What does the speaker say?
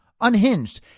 unhinged